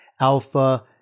Alpha